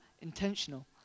intentional